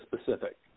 specific